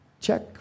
check